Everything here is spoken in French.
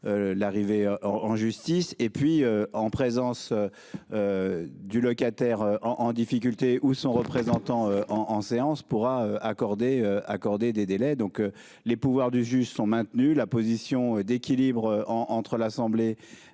L'arrivée en justice et puis en présence. Du locataire en en difficulté ou son représentant en en séance pourra accorder accorder des délais donc les pouvoirs du juge sont maintenues. La position d'équilibre entre l'Assemblée.